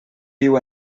viu